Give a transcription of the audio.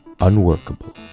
Unworkable